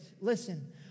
listen